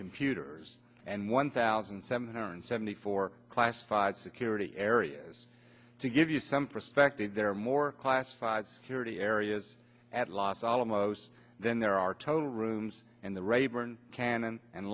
computers and one thousand seven hundred seventy four classified security areas to give you some perspective there are more classified here any areas at los alamos then there are total rooms and the rayburn cannon and